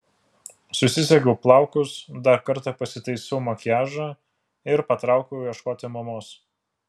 susisegiau plaukus dar kartą pasitaisiau makiažą ir patraukiau ieškoti mamos